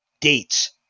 dates